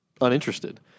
uninterested